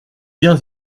bien